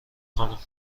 خانم